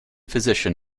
physician